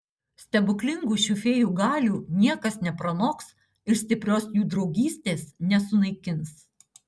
stebuklingų šių fėjų galių niekas nepranoks ir stiprios jų draugystės nesunaikins